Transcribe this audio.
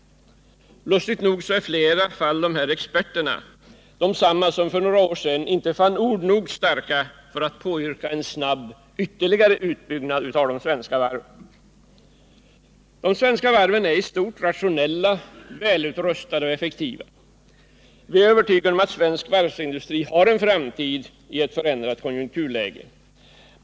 Lustigt nog är dessa expenter i flera fall desamma som för några år sedan inte fann ord nog starka för att påyrka en snabb ytterligare utbyggnad av de svenska varven. De svenska varven är i stort rationella, väl utrustade och effektiva. Vi är övertygade om att svensk varvsindustri har en framtid i ett förändrat konjunkturläge.